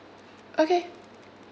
okay